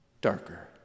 darker